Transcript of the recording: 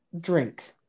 drink